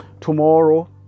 tomorrow